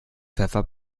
pfeffer